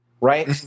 right